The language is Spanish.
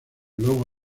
luego